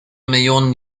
millionen